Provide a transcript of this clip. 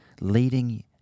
leading